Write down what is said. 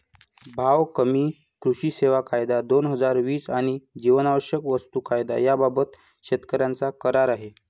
भाव हमी, कृषी सेवा कायदा, दोन हजार वीस आणि जीवनावश्यक वस्तू कायदा याबाबत शेतकऱ्यांचा करार आहे